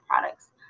products